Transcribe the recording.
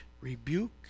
rebuke